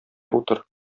утыр